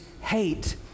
hate